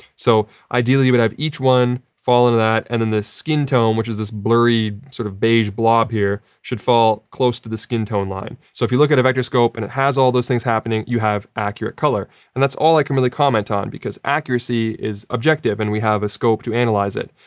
so, ideally, you but would have each one fall into that, and then the skin tones, which is this blurry sort of beige blob here, should fall close to this skin tone line. so, if you look at a vectorscope and it has all those things happening, you have accurate colour and that's all i can really comment on because accuracy is objective and we have a scope to analyze it.